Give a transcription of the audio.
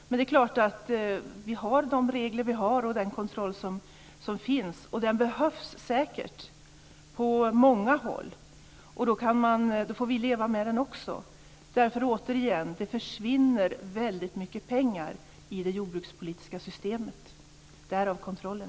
Men det är klart, vi har de regler som vi har och den kontroll som finns, och den behövs säkert på många håll. Då får man också leva med den. Återigen: Det försvinner väldigt mycket pengar i det jordbrukspolitiska systemet, därav kontrollen.